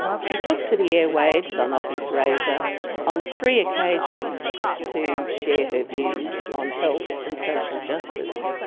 she took to the airwaves on ockham's razor on three occasions to share her views on health and social justice.